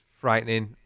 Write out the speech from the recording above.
frightening